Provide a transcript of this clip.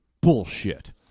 bullshit